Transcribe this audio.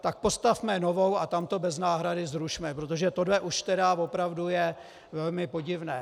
Tak postavme novou a tamto bez náhrady zrušme, protože tohle už teda je opravdu velmi podivné.